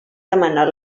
demanat